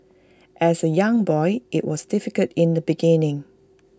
as A young boy IT was difficult in the beginning